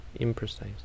imprecise